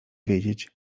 wiedzieć